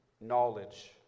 knowledge